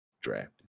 drafted